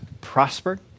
prospered